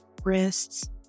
wrists